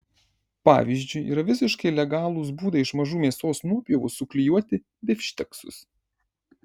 pavyzdžiui yra visiškai legalūs būdai iš mažų mėsos nuopjovų suklijuoti bifšteksus